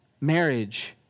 Marriage